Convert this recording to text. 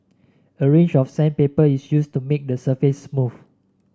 a range of sandpaper is used to make the surface smooth